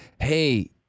hey